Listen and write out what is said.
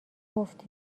گفتی